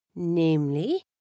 Namely